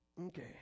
Okay